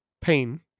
Pain